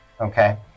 okay